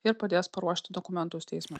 ir padės paruošti dokumentus teismui